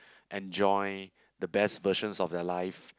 enjoy the best portion of their life